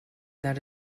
that